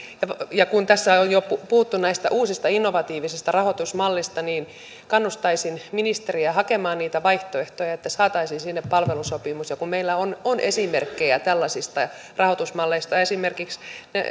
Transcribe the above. ja kun tässä on jo puhuttu näistä uusista innovatiivisista rahoitusmalleista niin kannustaisin ministeriä hakemaan niitä vaihtoehtoja että saataisiin sinne palvelusopimus ja kun meillä on on esimerkkejä tällaisista rahoitusmalleista esimerkiksi